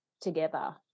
together